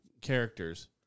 characters